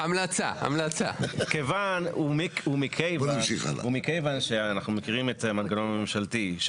מכיוון שאנחנו מכירים את המנגנון הממשלתי,